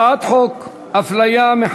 הצעת החוק עברה בקריאה טרומית ותועבר לוועדת העבודה,